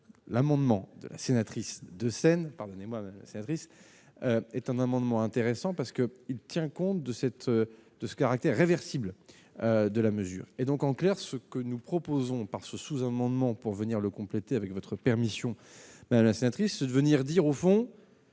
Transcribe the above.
l'amendement de la sénatrice de Seine, pardonnez-moi, c'est triste, est un amendement intéressant parce qu'il tient compte de cette, de ce caractère réversible de la mesure et donc en clair ce que nous proposons, par ce sous-amendement pour venir le compléter avec votre permission, mais à la sénatrice de venir dire au fond.